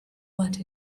but